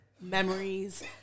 memories